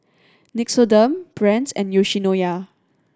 Nixoderm Brand's and Yoshinoya